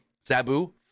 Sabu